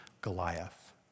Goliath